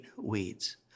weeds